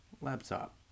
laptop